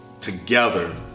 together